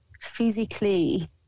physically